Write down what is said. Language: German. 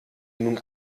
nun